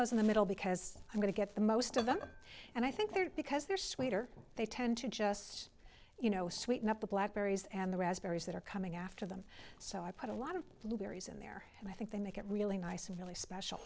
those in the middle because i'm going to get the most of them and i think they're because they're sweet or they tend to just you know sweeten up the black berries and the raspberries that are coming after them so i put a lot of blueberries in there and i think they make it really nice really special